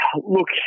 Look